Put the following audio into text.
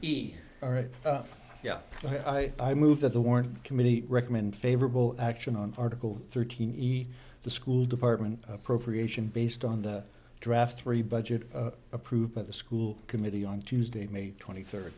be alright yeah i move that the word committee to recommend favorable action on article thirteen eat the school department appropriation based on the draft three budget approved by the school committee on tuesday may twenty third